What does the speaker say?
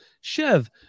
Chev